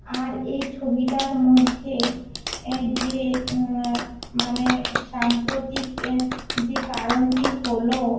আর এই ছবিটার মধ্যে যে মানে সাম্প্রতিক যে কারণটি হলো